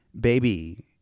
baby